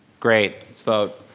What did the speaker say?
great, let's vote.